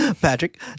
Patrick